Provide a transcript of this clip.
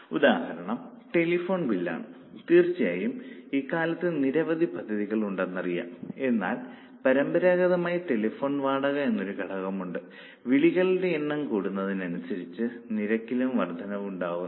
ഉദാഹരണം ടെലിഫോൺ ബില്ലാണ് തീർച്ചയായും ഇക്കാലത്ത് നിരവധി പദ്ധതികൾ ഉണ്ടെന്നറിയാം എന്നാൽ പരമ്പരാഗതമായി ടെലിഫോൺ വാടക എന്നൊരു ഘടകമുണ്ട് വിളികളുടെ എണ്ണം കൂടുന്നതിനനുസരിച്ച് നിരക്കിലും വർദ്ധനവുണ്ടാകുന്നു